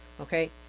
Okay